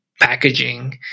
packaging